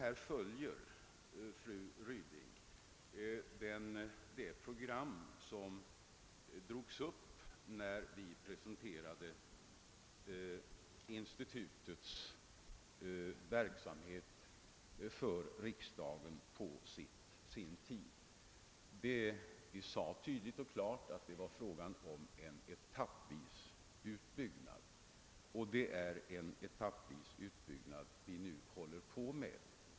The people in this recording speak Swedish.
Dessa åtgärder följer de riktlinjer som drogs upp när vi på sin tid presenterade institutets verksamhet för riksdagen. Vi sade klart och tydligt att det var fråga om en etappvis genomförd utbyggnad, och det är en sådan utbyggnad vi nu håller på med.